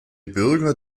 bürger